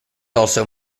also